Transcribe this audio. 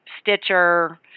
Stitcher